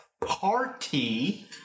party